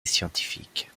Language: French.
scientifiques